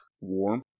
warm